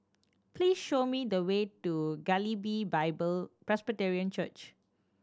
please show me the way to Galilee Bible Presbyterian Church